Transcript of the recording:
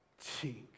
chink